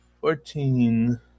Fourteen